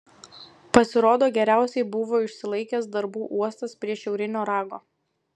pasirodo geriausiai buvo išsilaikęs darbų uostas prie šiaurinio rago